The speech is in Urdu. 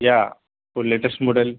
یا کوئی لیٹسٹ ماڈل